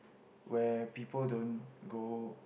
where people don't go